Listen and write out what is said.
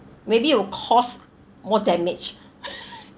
maybe it will cause more damage